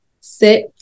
sit